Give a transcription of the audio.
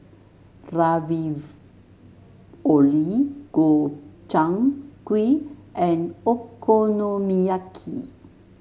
Ravioli Gobchang Gui and Okonomiyaki